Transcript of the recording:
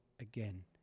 again